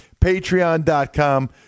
Patreon.com